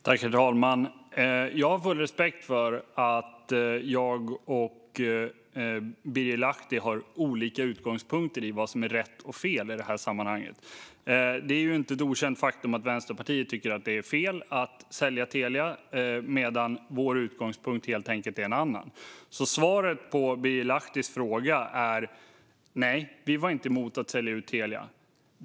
Herr talman! Jag har full respekt för att jag och Birger Lahti har olika utgångspunkter gällande vad som är rätt och fel i det här sammanhanget. Det är ju inte ett okänt faktum att Vänsterpartiet tycker att det är fel att sälja Telia, medan vår utgångspunkt helt enkelt är en annan. Svaret på Birger Lahtis fråga är alltså: Nej, vi var inte emot att sälja ut Telia.